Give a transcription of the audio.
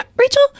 Rachel